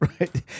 Right